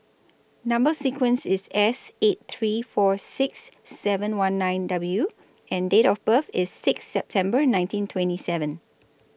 Number sequence IS S eight three four six seven one nine W and Date of birth IS Sixth September nineteen twenty seven